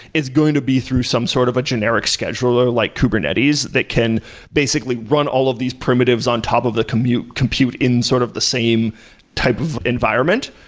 it's going to be through some sort of a generic scheduler like kubernetes that can basically run all of these primitives on top of the compute compute in sort of the same type of environment.